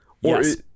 Yes